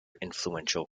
influential